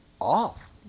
off